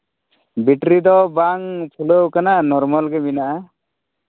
battery ᱫᱚ ᱵᱟᱝ ᱯᱷᱩᱞᱟᱹᱣ ᱠᱟᱱᱟ ᱱᱚᱨᱢᱟᱞ ᱜᱮ ᱢᱮᱱᱟᱜᱼᱟ